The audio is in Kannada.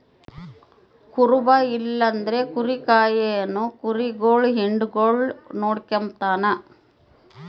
ಕುರುಬ ಇಲ್ಲಂದ್ರ ಕುರಿ ಕಾಯೋನು ಕುರಿಗುಳ್ ಹಿಂಡುಗುಳ್ನ ನೋಡಿಕೆಂಬತಾನ